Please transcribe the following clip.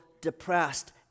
depressed